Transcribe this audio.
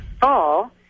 fall